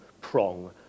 prong